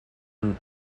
une